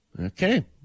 Okay